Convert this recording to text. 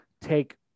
take